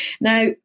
Now